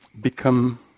become